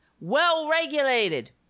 Well-regulated